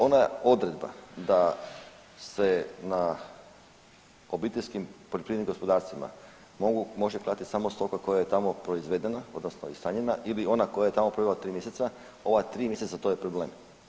Ona odredba da se na obiteljskim poljoprivrednim gospodarstvima može klati samo stoka koja je tamo proizvedena odnosno ishranjena ili ona koja je tamo prva 3 mjeseca, ova 3 mjeseca to je problem.